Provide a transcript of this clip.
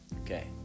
okay